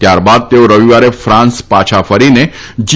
ત્યારબાદ તેઓ રવિવારે ફ્રાંસ પાછા ફરીને જી